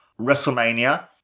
WrestleMania